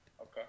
okay